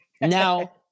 Now